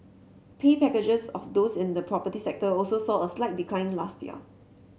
pay packages of those in the property sector also saw a slight decline last year